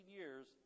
years